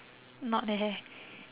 not the hair